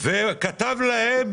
הוא כתב להם